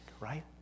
right